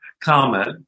comment